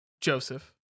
Joseph